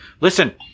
Listen